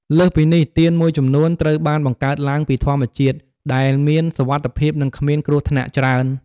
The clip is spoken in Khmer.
លើសពីនេះ ទៀនមួយចំនួនត្រូវបានបង្កើតឡើងពីធម្មជាតិ ដែលមានសុវត្ថិភាព និងគ្មានគ្រោះថ្នាក់ច្រើន។